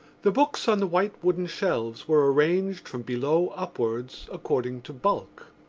the books on the white wooden shelves were arranged from below upwards according to bulk.